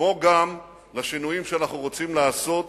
כמו גם לשינויים שאנחנו רוצים לעשות